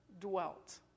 dwelt